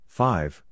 five